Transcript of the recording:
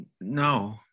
no